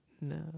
No